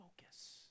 focus